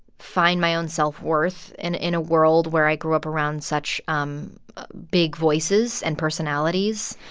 find my own self-worth in in a world where i grew up around such um big voices and personalities.